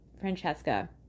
Francesca